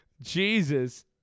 Jesus